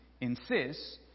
insists